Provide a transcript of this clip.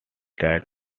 that